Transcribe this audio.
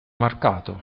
marcato